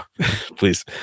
please